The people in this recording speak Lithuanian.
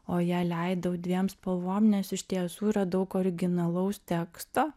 o ją leidau dviem spalvom nes iš tiesų yra daug originalaus teksto